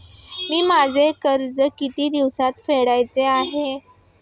मी माझे कर्ज किती दिवसांत फेडायचे आहे?